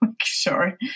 sure